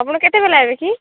ଆପଣ କେତେବେଳେ ଆସିବେ କି